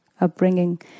upbringing